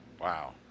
Wow